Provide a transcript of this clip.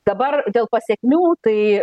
dabar dėl pasekmių tai